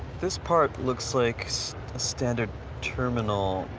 this part looks like a standard terminal.